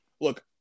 look